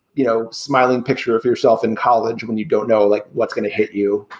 you know, smiling picture of yourself in college when you don't know like what's going to hit you